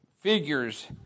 figures